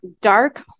Dark